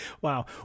Wow